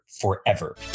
forever